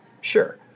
Sure